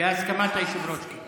בהסכמת היושב-ראש, כן.